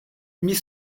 mit